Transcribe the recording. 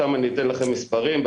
אני אתן לכם מספרים,